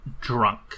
drunk